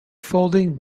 folding